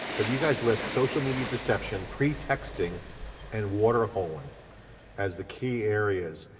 but you guys list social media deception, pre-texting and water holing as the key areas.